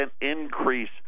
increase